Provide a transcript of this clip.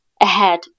ahead